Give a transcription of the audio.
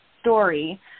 story